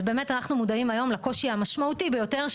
אז באמת אנחנו מודעים היום לקושי המשמעותי ביותר,